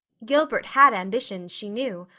gilbert had ambitions, she knew,